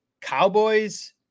Cowboys